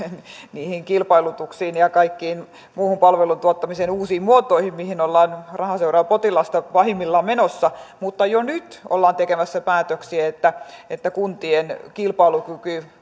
niihin kilpailutuksiin ja kaikkiin muihin palveluntuottamisen uusiin muotoihin mihin ollaan raha seuraa potilasta mallilla pahimmillaan menossa mutta jo nyt ollaan tekemässä päätöksiä että että kuntien kilpailukyky